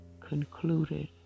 concluded